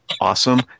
awesome